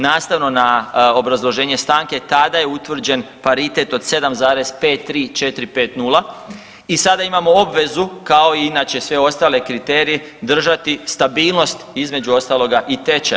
Nastavno na obrazloženje stanke tada je utvrđen paritet od 7,53450 i sada imamo obvezu kao i inače sve ostale kriterije držati stabilnost između ostaloga i tečaja.